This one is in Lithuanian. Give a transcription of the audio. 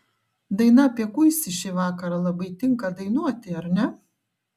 daina apie kuisį šį vakarą labai tinka dainuoti ar ne